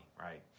right